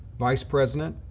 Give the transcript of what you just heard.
vice president,